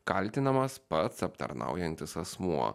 kaltinamas pats aptarnaujantis asmuo